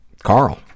Carl